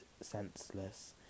senseless